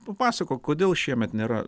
papasakok kodėl šiemet nėra